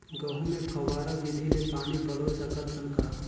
गहूं मे फव्वारा विधि ले पानी पलोय सकत हन का?